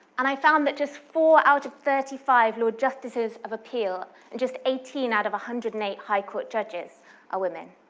and i found that just four out of thirty five lord justices of appeal, and just eighteen out of one hundred and eight high court judges are women.